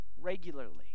regularly